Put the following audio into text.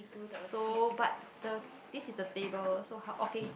so but the this is the table so how okay